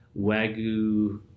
Wagyu